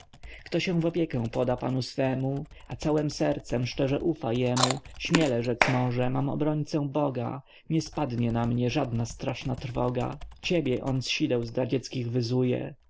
kto się w opiekę poda panu swemu a całem sercem szczerze ufa jemu śmiele rzec może mam obrońcę boga nie spadnie na mnie żadna straszna trwoga ciebie on z